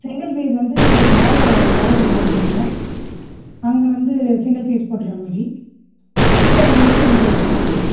செங்கல் வீடு வந்து மேலே வாடகை விடலாம்ன்னு இருக்கிறோம் அங்கே வந்து சிங்கிள் பேஸ் போட்டுகிற மாதிரி கீழே எங்களுக்கு த்ரீ பேஸ் போட்டிருங்க